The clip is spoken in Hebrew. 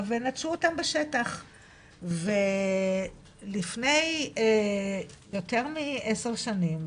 ונטשו אותם בשטח ולפני יותר מעשר שנים,